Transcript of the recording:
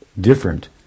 different